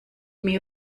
mir